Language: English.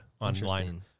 online